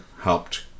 helped